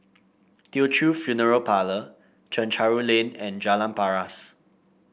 Teochew Funeral Parlour Chencharu Lane and Jalan Paras